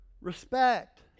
Respect